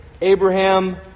Abraham